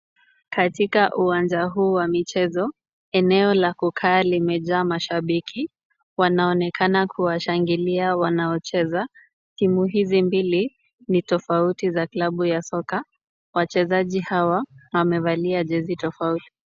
Katika uwanja huu wa michezo, eneo la kukaa limejaa mashabiki wanaonekana kuwashangilia wanaocheza, timu hizi mbili ni tofauti za klabu ya soka. Wachezaji hawa wamevalia jezi tofauti.